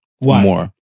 more